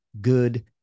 good